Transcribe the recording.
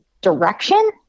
direction